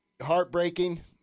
Heartbreaking